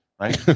right